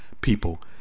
people